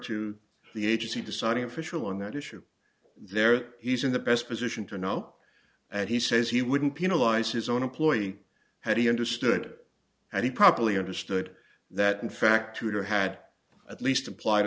to the agency deciding official on that issue there he's in the best position to know and he says he wouldn't penalize his own employee how do you understood that he probably understood that in fact tutor had at least implied